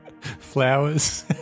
Flowers